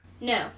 No